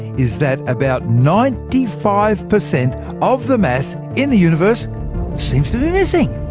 is that about ninety five percent of the mass in the universe seems to be missing.